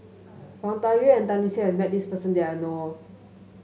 Wang Dayuan and Tan Lip Seng has met this person that I know of